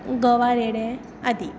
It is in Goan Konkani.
गोवारेडे आदी